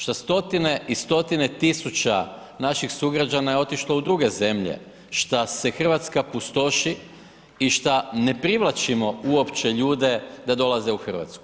Što stotine i stotine tisuća naših sugrađana je otišlo u druge zemlje, što se Hrvatska pustoši i što ne privlačimo uopće ljude da dolaze u Hrvatsku.